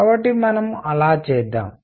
కాబట్టి మనం అలా చేద్దాం